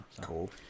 Cool